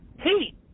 Heat